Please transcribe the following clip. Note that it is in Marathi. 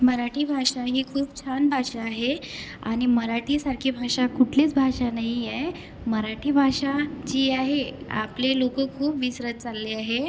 मराठी भाषा ही खूप छान भाषा आहे आणि मराठीसारखे भाषा कुठलीच भाषा नाही आहे मराठी भाषा जी आहे आपले लोक खूप विसरत चालले आहे